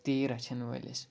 تیٖر رچھن وٲلِس